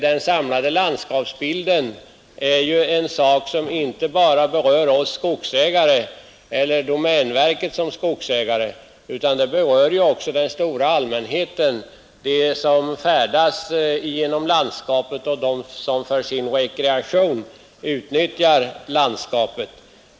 Den samlade landskapsbilden är ju en sak som inte bara berör oss skogsägare eller domänverket som skogsägare, utan den berör också den stora allmänheten, alla de människor som färdas genom landskapet eller utnyttjar det för sin rekreation.